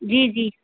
जी जी